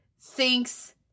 thinks